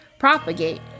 propagate